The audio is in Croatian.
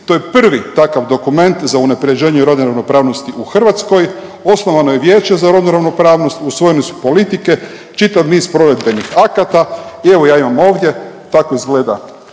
To je prvi takav dokument za unapređenje rodne ravnopravnosti u Hrvatskoj. Osnovano je Vijeće za rodnu ravnopravnost, usvojene su politike, čitav niz provedbenih akata. I evo ja imam ovdje tako izgleda